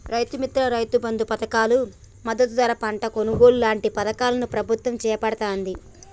రైతు మిత్ర, రైతు బంధు పధకాలు, మద్దతు ధరకు పంట కొనుగోలు లాంటి పధకాలను ప్రభుత్వం చేపడుతాంది